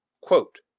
Quote